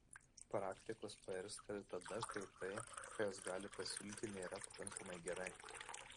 praktikos pairsta ir tada kai tai ką jos gali pasiūlyti nėra pakankamai gerai